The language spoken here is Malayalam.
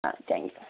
ah thank U